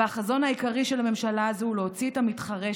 והחזון העיקרי של הממשלה הזאת הוא להוציא את המתחרה,